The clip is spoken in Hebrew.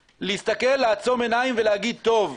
לעצום עיניים ולומר: טוב.